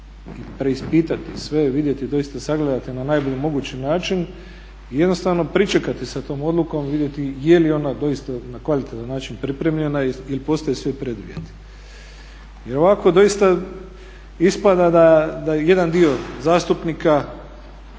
preispitati sve, vidjeti doista sagledati na najbolji mogući način i jednostavno pričekati sa tom odlukom i vidjeti jeli ona doista na kvalitetan način pripremljena i postoje li svi preduvjeti. Jer ovako doista ispada da jedan dio zastupnika